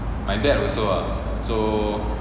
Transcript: my dad also ah so